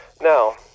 Now